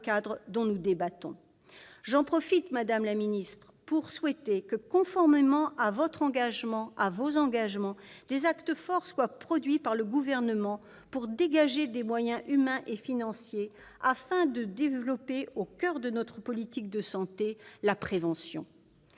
J'en profite, madame la ministre, pour souhaiter que, conformément à vos engagements, des actes forts soient posés par le Gouvernement pour dégager des moyens humains et financiers afin de développer, au coeur de notre politique de santé, la prévention.